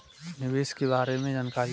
निवेश के बारे में जानकारी दें?